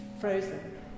frozen